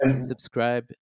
subscribe